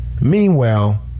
Meanwhile